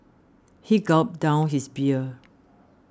he gulped down his beer